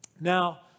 Now